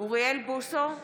אוריאל בוסו,